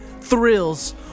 thrills